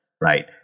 right